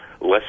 less